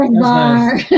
bar